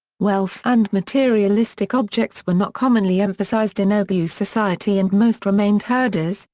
wealth and materialistic objects were not commonly emphasized in oghuz society and most remained herders,